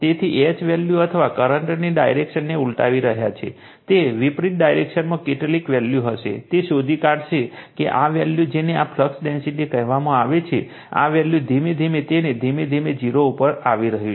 તેથી H value અથવા કરંટની ડાયરેક્શનને ઉલટાવી રહ્યા છે તે વિપરીત ડાયરેક્શનમાં કેટલીક વેલ્યુ હશે તે શોધી કાઢશે કે આ વેલ્યુ જેને આ ફ્લક્સ ડેન્સિટી કહેવામાં આવે છે આ વેલ્યુ ધીમે ધીમે અને ધીમે ધીમે 0 ઉપર આવી રહ્યું છે